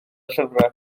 llyfrau